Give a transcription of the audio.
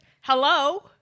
hello